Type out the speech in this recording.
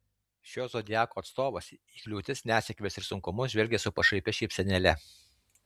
šio zodiako atstovas į kliūtis nesėkmes ir sunkumus žvelgia su pašaipia šypsenėle